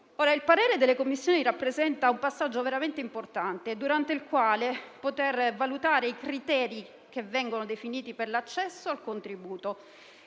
Il parere delle Commissioni rappresenta un passaggio veramente importante, durante il quale poter valutare i criteri che vengono definiti per l'accesso al contributo